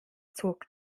zog